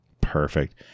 Perfect